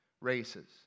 races